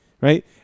right